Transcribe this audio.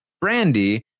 Brandy